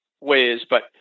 ways—but